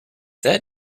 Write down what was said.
that